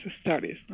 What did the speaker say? studies